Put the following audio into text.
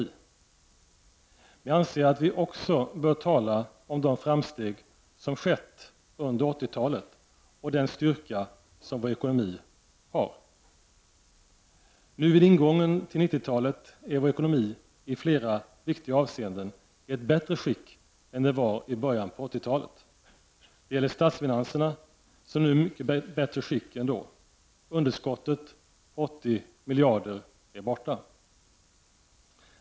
Men jag anser att vi också bör tala om de framsteg som skett under 80-talet och den styrka som vår ekonomi har. Nu, vid ingången till 90-talet, är vår ekonomi i flera viktiga avseenden i ett bättre skick än den var i början av 80-talet. Det gäller statsfinanserna, som nu är i mycket bättre skick än då. Underskottet på 80 miljarder är borta.